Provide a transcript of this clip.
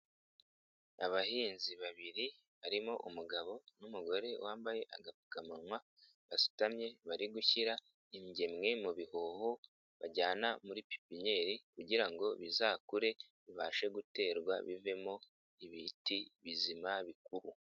Abahinzi babiri harimo umugabo n'umugore wambaye agapfukamuwa basutamye bari gushyira ingemwe mu bihoho bajyana muri pipinyeri kugira ngo bizakure bibashe guterwa bivemo ibiti bizima bikuru.